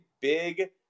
big